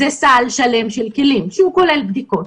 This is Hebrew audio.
זה סל שלם של כלים שכולל בדיקות,